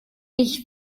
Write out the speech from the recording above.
ich